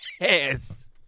Yes